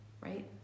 right